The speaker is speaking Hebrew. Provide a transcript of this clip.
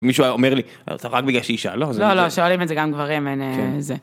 מישהו אומר לי אתה רק בגלל שאישה. לא, שואלים את זה גם גברים, אין אה... זה.